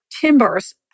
timbers